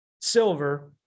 silver